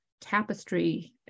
tapestry